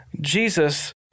Jesus